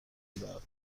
بدهد